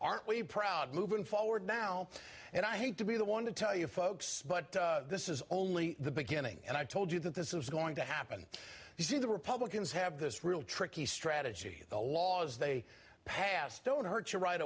aren't we proud moving forward now and i hate to be the one to tell you folks but this is only the beginning and i told you that this is going to happen you see the republicans have this real tricky strategy the laws they pass don't hurt you right